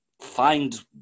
find